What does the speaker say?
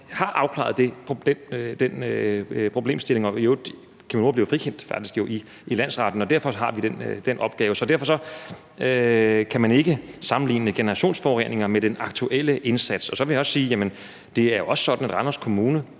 har afklaret den problemstilling, og i øvrigt blev Cheminova jo faktisk frikendt i landsretten, og derfor har vi den opgave. Derfor kan man ikke sammenligne generationsforureninger med den aktuelle indsats. Så vil jeg sige, at det også er sådan, at Randers Kommune